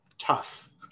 tough